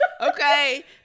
Okay